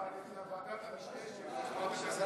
או שנעביר לוועדת המשנה של העבודה והרווחה.